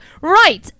Right